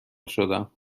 شدم